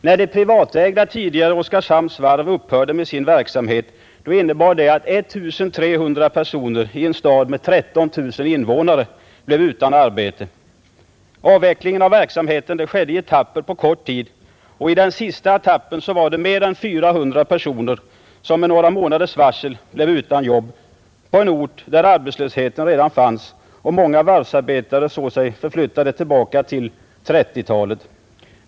När det privatägda tidigare Oskarshamns Varv upphörde med sin verksamhet innebar det att 1300 personer i en stad med 13 000 innevånare blev utan arbete. Avvecklingen av verksamheten skedde i etapper på kort tid, och i den sista etappen var det mer än 400 personer som med några månaders varsel blev utan jobb på en ort, där arbetslösheten redan fanns. Många varvsarbetare såg sig förflyttade tillbaka till 1930-talet.